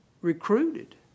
recruited